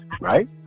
right